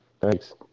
thanks